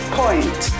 point